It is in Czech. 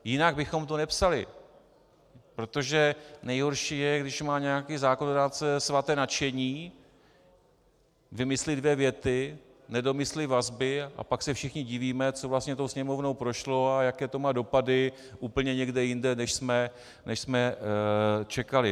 Jinak bychom to nepsali, protože nejhorší je, když má nějaký zákonodárce svaté nadšení, vymyslí dvě věty, nedomyslí vazby, a pak se všichni divíme, co vlastně tou Sněmovnou prošlo a jaké to má dopady úplně někde jinde, než jsme čekali.